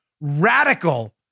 radical